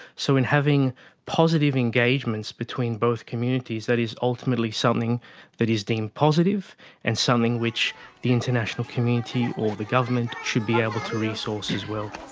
so in having positive engagements between both communities, that is ultimately something that is deemed positive and something which the international community or the government should be able to resource as well.